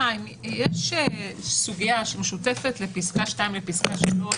סיימנו את הדיון בסעיף המטרות.